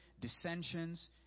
dissensions